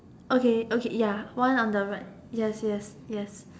okay okay ya one on the right yes yes yes